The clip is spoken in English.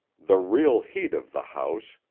the real heat of the house,